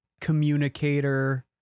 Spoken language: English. communicator